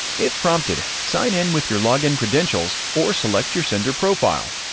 if prompted, sign in with your login credentials or select your sender profile.